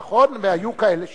נכון, והיו כאלה שאומרים.